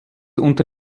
unter